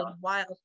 wild